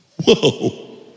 Whoa